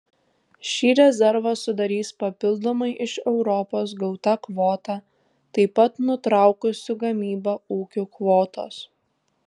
šį rezervą sudarys papildomai iš europos gauta kvota taip pat nutraukusių gamybą ūkių kvotos